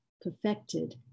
perfected